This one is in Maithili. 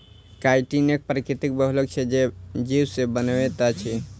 काइटिन एक प्राकृतिक बहुलक छै जे जीव से बनैत अछि